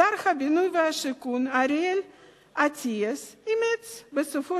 שר הבינוי והשיכון אריאל אטיאס אימץ בסופו